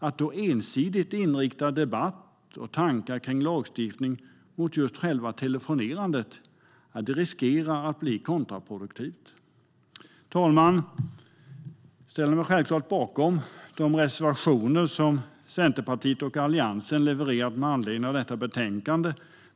Att då ensidigt inrikta debatt och tankar om lagstiftning mot just själva telefonerandet riskerar att bli kontraproduktivt. Herr talman! Jag ställer mig självklart bakom de reservationer som Centerpartiet och Alliansen levererat med anledning av detta betänkande.